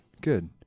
good